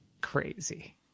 crazy